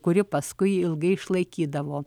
kuri paskui ilgai išlaikydavo